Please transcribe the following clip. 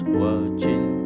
watching